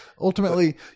Ultimately